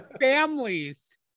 families